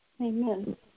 amen